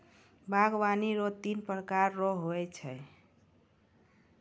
बागवानी रो तीन प्रकार रो हो छै